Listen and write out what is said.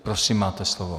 Prosím, máte slovo.